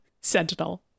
Sentinel